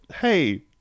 hey